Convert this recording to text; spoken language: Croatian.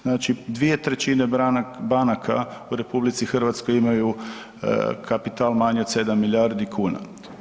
Znači 2/3 banaka u RH imaju kapital manji od 7 milijardi kuna.